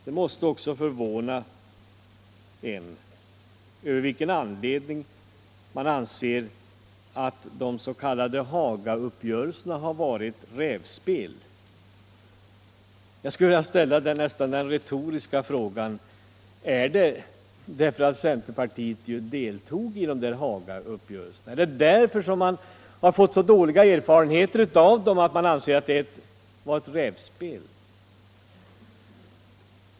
Det måste också förvåna en av vilken anledning centerpartiet anser att de s.k. Hagauppgörelserna har varit ett rävspel. Jag skulle vilja ställa den nästan retoriska frågan: Är det därför att centerpartiet deltog i Hagauppgörelserna och fick så dåliga erfarenheter av dem som man anser att de var ett rävspel?